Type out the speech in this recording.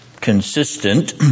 consistent